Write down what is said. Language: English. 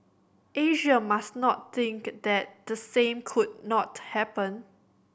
Asia must not think that the same could not happen